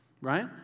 Right